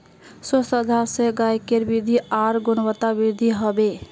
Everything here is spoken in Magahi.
स्वस्थ आहार स गायकेर वृद्धि आर गुणवत्तावृद्धि हबे